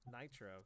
Nitro